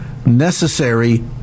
necessary